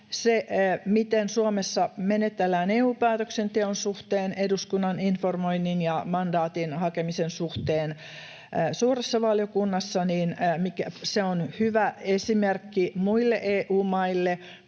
se, miten Suomessa menetellään EU-päätöksenteon suhteen, eduskunnan informoinnin ja mandaatin hakemisen suhteen suuressa valiokunnassa, on hyvä esimerkki muille EU-maille